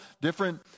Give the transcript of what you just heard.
different